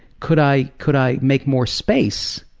could i could i make more space,